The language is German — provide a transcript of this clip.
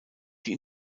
die